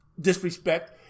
disrespect